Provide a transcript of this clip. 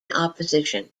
opposition